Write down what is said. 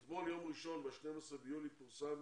אתמול, ביום ראשון, ב-12 ביולי, פורסם